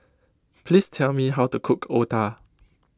please tell me how to cook Otah